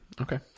okay